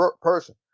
person